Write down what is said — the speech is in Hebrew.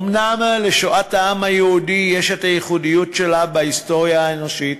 אומנם לשואת העם היהודי יש את הייחודיות שלה בהיסטוריה האנושית,